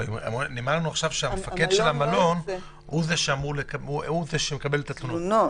נאמר לנו עכשיו שמפקד המלון הוא זה שאמור לקבל את התלונות.